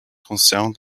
concerne